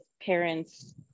parents